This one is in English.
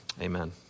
Amen